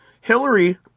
Hillary